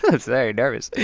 very nervous